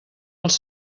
els